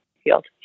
field